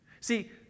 See